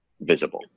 visible